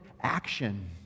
action